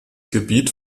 gebiet